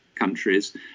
countries